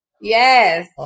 Yes